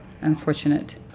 unfortunate